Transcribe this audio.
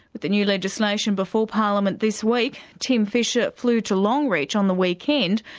but the new legislation before parliament this week, tim fischer flew to longreach on the weekend,